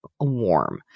warm